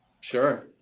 Sure